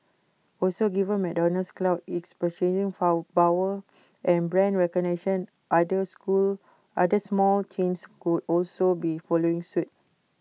also given McDonald's clout its purchasing power and brand recognition other school other small chains could also be following suit